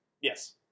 Yes